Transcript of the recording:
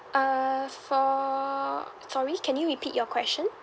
uh for sorry can you repeat your question